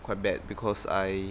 quite bad because I